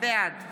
בעד